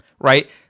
right